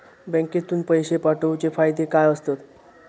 बँकेतून पैशे पाठवूचे फायदे काय असतत?